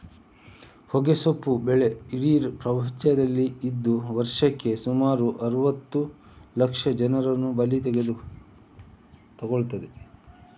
ಹೊಗೆಸೊಪ್ಪು ಬೆಳೆ ಇಡೀ ಪ್ರಪಂಚದಲ್ಲಿ ಇದ್ದು ವರ್ಷಕ್ಕೆ ಸುಮಾರು ಅರುವತ್ತು ಲಕ್ಷ ಜನರನ್ನ ಬಲಿ ತಗೊಳ್ತದೆ